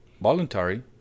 voluntary